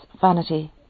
vanity